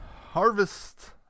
Harvest